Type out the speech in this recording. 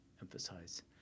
emphasize